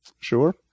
Sure